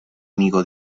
amigo